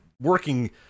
working